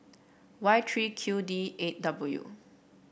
Y three Q D eight W